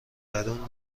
درون